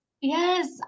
Yes